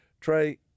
Trey